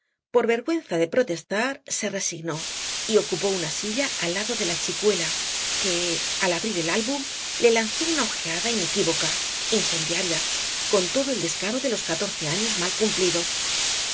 por vergüenza de protestar se resignó y ocupó una silla al lado de la chicuela que al abrir el álbum le lanzó una ojeada inequívoca incendiaria con todo el descaro de los catorce años mal cumplidos ya